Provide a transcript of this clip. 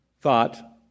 thought